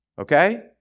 Okay